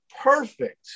perfect